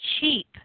cheap